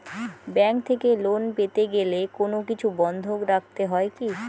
Bank থেকে loan পেতে গেলে কোনো কিছু বন্ধক রাখতে হয় কি?